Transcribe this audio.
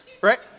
Right